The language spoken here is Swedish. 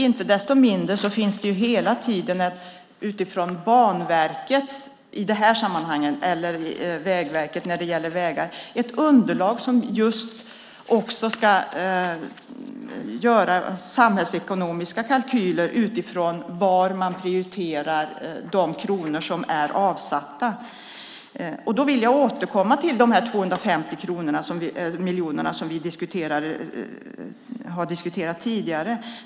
Inte desto mindre gör Banverket, i det här sammanhanget, och Vägverket, när det gäller vägar, samhällsekonomiska kalkyler utifrån vad man prioriterar att de avsatta pengarna ska användas till. Jag vill återkomma till de 250 miljonerna som vi har diskuterat tidigare.